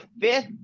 fifth